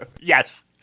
Yes